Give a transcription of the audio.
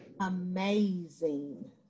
Amazing